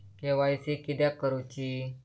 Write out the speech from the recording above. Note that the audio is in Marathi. के.वाय.सी किदयाक करूची?